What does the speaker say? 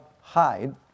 hide